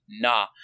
nah